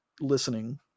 listening